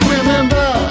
Remember